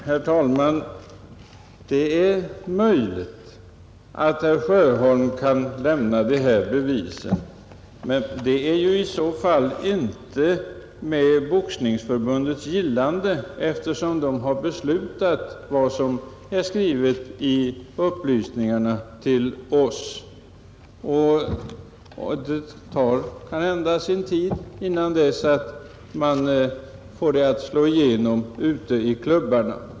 Herr talman! Ja, det är möjligt att herr Sjöholm kan lämna de här bevisen, men det är ju i så fall inte med Boxningsförbundets gillande som allt detta sker, eftersom man där har fattat de beslut som meddelats i upplysningarna till oss. Det tar kanhända sin tid innan man får det att slå igenom ute i klubbarna.